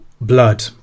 blood